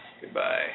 Goodbye